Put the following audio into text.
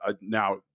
now